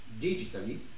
digitally